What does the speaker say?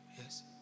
Yes